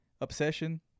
obsession